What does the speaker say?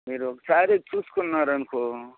మీరు ఒకసారి చూసుకున్నారనుకో